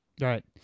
Right